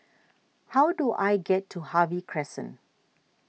how do I get to Harvey Crescent